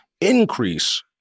increase